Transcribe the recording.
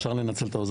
זה מאוד